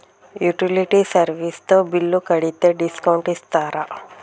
Utility service తో bill కడితే discount ఇస్తరా?